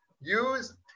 Use